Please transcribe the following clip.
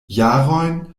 jarojn